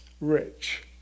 rich